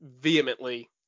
vehemently